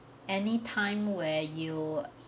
any time where you